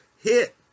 hit